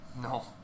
No